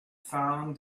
found